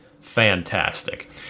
fantastic